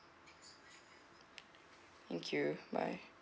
thank you bye